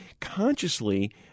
consciously